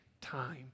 time